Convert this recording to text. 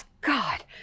God